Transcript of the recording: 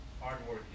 hardworking